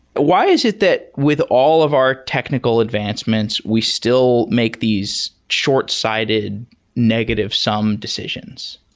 why is it that with all of our technical advancements, we still make these short-sighted negative-summed decisions?